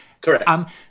Correct